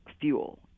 fuel